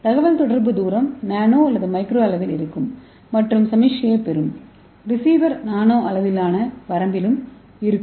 தகவல்தொடர்பு தூரம் நானோ அல்லது மைக்ரோ அளவில் இருக்கும் மற்றும் சமிக்ஞையைப் பெறும் ரிசீவர் நானோ அளவிலான வரம்பிலும் இருக்கும்